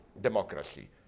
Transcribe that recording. democracy